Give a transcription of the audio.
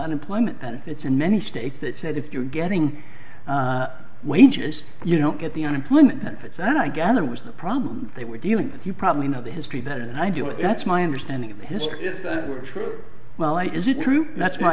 unemployment benefits in many states that said if you're getting wages you don't get the unemployment benefits and i gather was the problem they were dealing with you probably know the history better than i do it that's my understanding of history if that were true why is it true that's my